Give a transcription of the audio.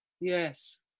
Yes